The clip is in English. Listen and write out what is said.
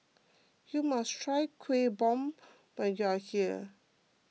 you must try Kuih Bom when you are here